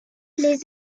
les